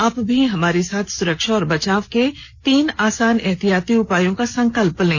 आप भी हमारे साथ सुरक्षा और बचाव के तीन आसान एहतियाती उपायों का संकल्प लें